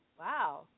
wow